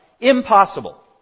Impossible